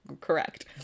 correct